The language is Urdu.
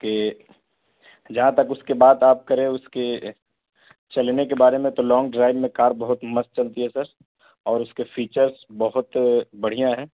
کہ جہاں تک اس کے بات آپ کرے اس کے چلنے کے بارے میں تو لونگ ڈرائیو میں کار بہت مست چلتی ہے سر اور اس کے فیچرس بہت بڑھیا ہیں